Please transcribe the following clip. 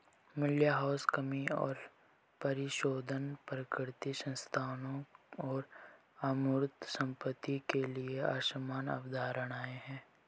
मूल्यह्रास कमी और परिशोधन प्राकृतिक संसाधनों और अमूर्त संपत्ति के लिए समान अवधारणाएं हैं